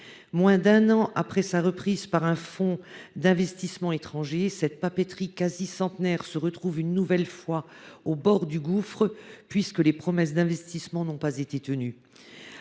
Moins d’un an après sa reprise par un fonds d’investissement étranger, cette papeterie quasi centenaire se retrouve une nouvelle fois au bord du gouffre, puisque les promesses d’investissement n’ont pas été tenues.